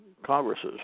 Congresses